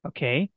Okay